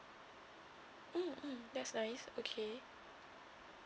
mm mm that's nice okay